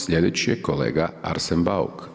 Sljedeći je kolega Arsen Bauk.